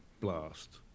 blast